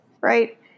Right